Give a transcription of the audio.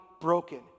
broken